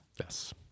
Yes